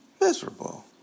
Miserable